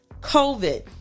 covid